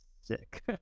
sick